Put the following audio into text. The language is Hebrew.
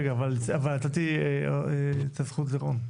רגע, אבל נתתי את הזכות לרון.